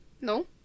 No